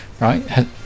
right